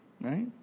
right